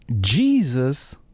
Jesus